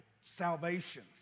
salvation